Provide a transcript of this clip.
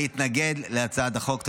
להתנגד להצעת החוק.